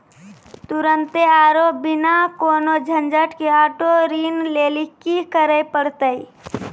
तुरन्ते आरु बिना कोनो झंझट के आटो ऋण लेली कि करै पड़तै?